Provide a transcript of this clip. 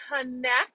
connect